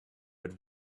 had